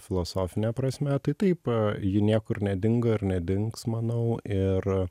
filosofine prasme tai taip ji niekur nedingo ir nedings manau ir